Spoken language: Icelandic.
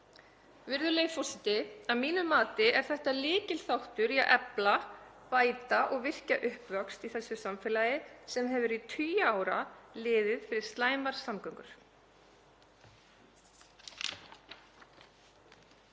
Virðulegi forseti. Að mínu mati er þetta lykilþáttur í að efla, bæta og virkja uppvöxt í þessu samfélagi sem hefur í tugi ára liðið fyrir slæmar samgöngur.